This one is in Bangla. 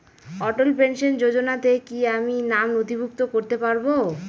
অটল পেনশন যোজনাতে কি আমি নাম নথিভুক্ত করতে পারবো?